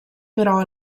però